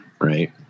right